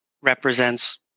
represents